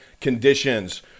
conditions